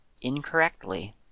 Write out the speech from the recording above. incorrectly